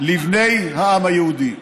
לבני העם היהודי.